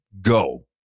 go